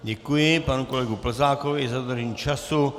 Děkuji panu kolegovi Plzákovi i za dodržení času.